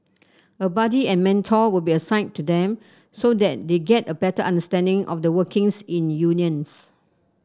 a buddy and mentor will be assigned to them so they get a better understanding of the workings in unions